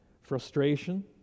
Frustration